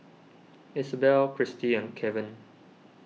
Isobel Christie and Keven